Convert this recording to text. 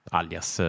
alias